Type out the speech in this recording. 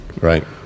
right